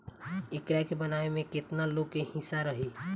एकरा के बनावे में केतना लोग के हिस्सा रही